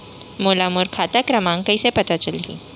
मोला मोर खाता क्रमाँक कइसे पता चलही?